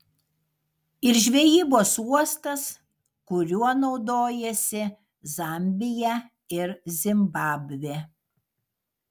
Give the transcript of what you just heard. ir žvejybos uostas kuriuo naudojasi zambija ir zimbabvė